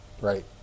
right